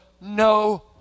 no